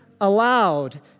allowed